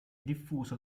diffuso